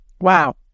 wow